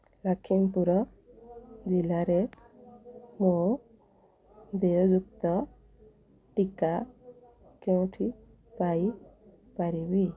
ଲକ୍ଷ୍ମୀପୁର ଜିଲ୍ଲାରେ ମୁଁ ଦେୟଯୁକ୍ତ ଟିକା କେଉଁଠୁ ପାଇ ପାରିବି